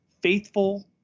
faithful